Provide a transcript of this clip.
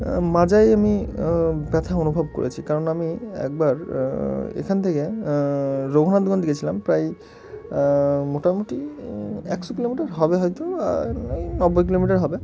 মাজাই আমি ব্যথা অনুভব করেছি কারণ আমি একবার এখান থেকে রঘুনাথগঞ্জ গিয়েছিলাম প্রায় মোটামুটি একশো কিলোমিটার হবে হয়তো ওই নব্বই কিলোমিটার হবে